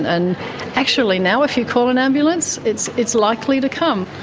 and actually now if you call an ambulance it's it's likely to come.